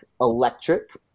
Electric